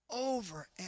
over